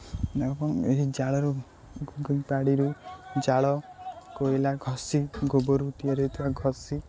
ଏବଂ ଏହି ଜାଳରୁ ବାଡ଼ିରୁ ଜାଳ କୋଇଲା ଘଷି ଗୋବରରୁ ତିଆରି ହୋଇଥିବା ଘଷି